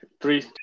Three